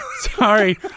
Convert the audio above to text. Sorry